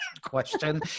question